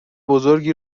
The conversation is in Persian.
بزرگی